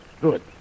Good